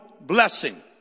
blessing